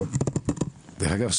דרך אגב,